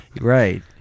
right